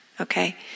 okay